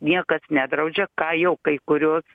niekas nedraudžia ką jau kai kurios